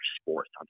sports